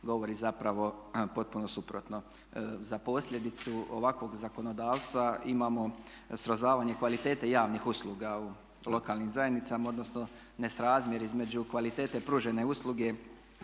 govori zapravo potpuno suprotno. Za posljedicu ovakvog zakonodavstva imamo srozavanje kvalitete javnih usluga u lokalnim zajednicama odnosno nesrazmjer između kvalitete pružene usluge